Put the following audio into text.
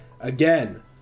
Again